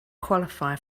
qualify